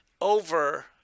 over